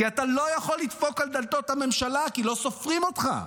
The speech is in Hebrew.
כי אתה לא יכול לדפוק על דלתות הממשלה כי לא סופרים אותך.